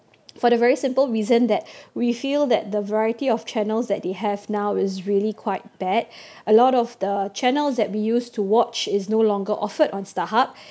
for the very simple reason that we feel that the variety of channels that they have now is really quite bad a lot of the channels that we used to watched is no longer offered on Starhub